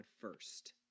first